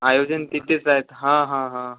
आयोजन तिथेच आहेत हां हां हां